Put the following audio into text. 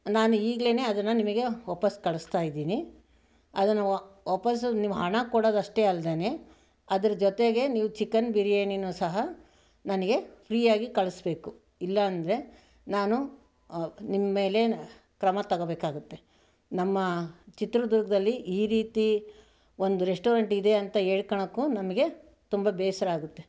ನಾನು ಈಗ್ಲೇನೇ ಅದನ್ನು ನಿಮಗೆ ವಾಪಾಸ್ಸು ಕಳಿಸ್ತಾಯಿದ್ದೀನಿ ಅದನ್ನು ವಾಪಾಸ್ಸು ನೀವು ಹಣ ಕೊಡೋದು ಅಷ್ಟೇ ಅಲ್ಲದೇನೆ ಅದರ ಜೊತೆಗೆ ನೀವು ಚಿಕನ್ ಬಿರಿಯಾನಿನೂ ಸಹ ನನಗೆ ಫ್ರೀಯಾಗಿ ಕಳಿಸ್ಬೇಕು ಇಲ್ಲ ಅಂದರೆ ನಾನು ನಿಮ್ಮೇಲೆ ಕ್ರಮ ತೊಗೋಬೇಕಾಗುತ್ತೆ ನಮ್ಮ ಚಿತ್ರದುರ್ಗದಲ್ಲಿ ಈ ರೀತಿ ಒಂದು ರೆಸ್ಟೋರೆಂಟ್ ಇದೆ ಅಂತ ಹೇಳ್ಕೊಳ್ಳೋಕ್ಕೂ ನಮಗೆ ತುಂಬ ಬೇಸರ ಆಗುತ್ತೆ